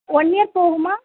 one year போகுமா